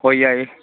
ꯍꯣꯏ ꯌꯥꯏꯌꯦ